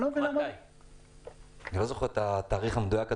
אני לא יודע את התאריך המדויק,